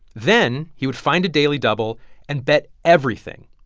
then he would find a daily double and bet everything.